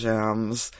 Jams